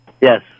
Yes